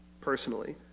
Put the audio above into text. personally